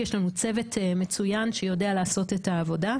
יש לנו צוות מצוין שיודע לעשות את העבודה.